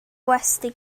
gwesty